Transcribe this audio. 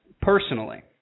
personally